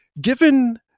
given